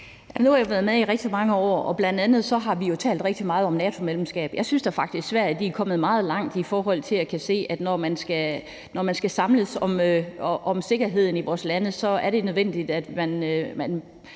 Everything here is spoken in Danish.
Nu har jeg været med i rigtig mange år, og bl.a. har vi jo talt rigtig meget om NATO-medlemskab. Jeg synes da faktisk, at Sverige er kommet meget langt, i forhold til at jeg kan se, at når man skal samles om sikkerheden i vores lande, er det nødvendigt, at man